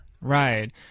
Right